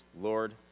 Lord